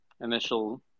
initial